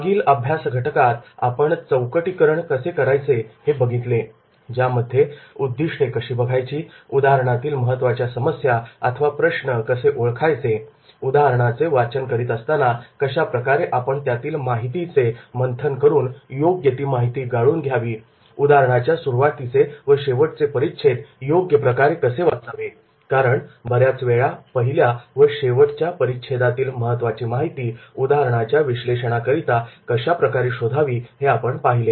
मागील अभ्यासघटकात आपण चौकटीकरण कसे करायचे हे बघितले ज्यामध्ये उद्दिष्टे कशी बघायची उदाहरणातील महत्त्वाच्या समस्या अथवा प्रश्न कसे ओळखायचे उदाहरणाचे वाचन करीत असताना कशा प्रकारे आपण त्यातील माहितीचे मंथन करून योग्य ती माहिती गाळून घ्यावी उदाहरणाच्या सुरुवातीचे व शेवटचे परिच्छेद योग्य प्रकारे कसे वाचावे कारण बऱ्याच वेळा पहिल्या व शेवटच्या परिच्छेदातील महत्त्वाची माहिती उदाहरणाच्या विश्लेषणाकरिता कशा प्रकारे शोधावी हे आपण पाहिले